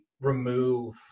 remove